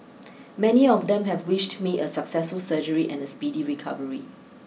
many of them have wished me a successful surgery and a speedy recovery